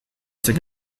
zen